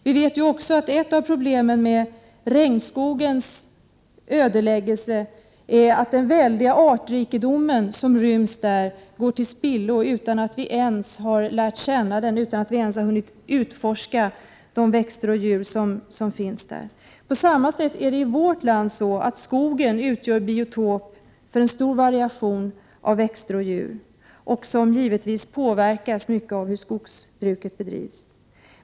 Vi vet också att ett av problemen med regnskogens ödeläggelse är att den väldiga artrikedomen som ryms där går till spillo utan att vi ens har lärt känna den, och utan att vi ens har hunnit utforska de växter och djur som finns där. Även i vårt land utgör skogen en biotop för en stor variation av växter och djur som givetvis påverkas mycket av hur skogsbruket bedrivs.